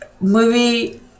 movie